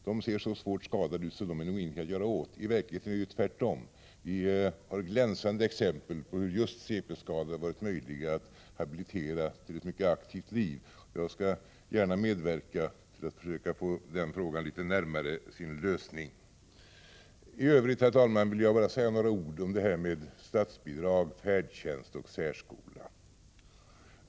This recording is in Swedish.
De ser så svårt skadade ut att man har trott att det inte finns någonting att göra för dem. I verkligheten är det tvärtom. Vi har glänsande exempel på att det har varit möjligt att habilitera just cp-skadade till ett mycket aktivt liv. Jag skall gärna försöka medverka till att frågan kommer litet närmare sin lösning. I övrigt, herr talman, vill jag bara säga några ord om statsbidrag, färdtjänst och särskola.